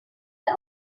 der